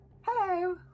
Hello